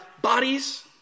bodies